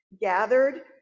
gathered